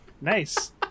Nice